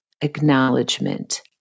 acknowledgement